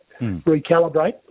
recalibrate